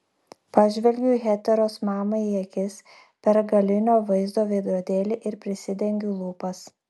pažvelgiu heteros mamai į akis per galinio vaizdo veidrodėlį ir prisidengiu lūpas